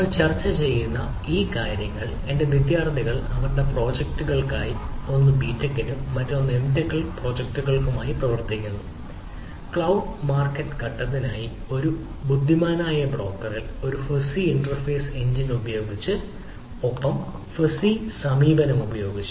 നമ്മൾ ചർച്ച ചെയ്യുന്ന ഈ പ്രത്യേക കാര്യങ്ങൾ എന്റെ വിദ്യാർത്ഥികൾ അവരുടെ പ്രോജക്റ്റുകൾക്കായി ഒന്ന് Btech നും മറ്റൊന്ന് Mtech പ്രോജക്റ്റുകൾക്കുമായി പ്രവർത്തിക്കുന്നു ക്ലൌഡ് മാർക്കറ്റ് ഘട്ടത്തിനായി ഒരു ബുദ്ധിമാനായ ബ്രോക്കറിൽ ഒരു ഫസി ഇൻഫെറെൻസ് എഞ്ചിൻ ഉപയോഗിച്ച് ഒപ്പം ഫസ്സി സമീപനം ഉപയോഗിച്ച്